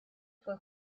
fue